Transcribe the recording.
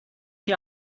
chi